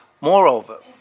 Moreover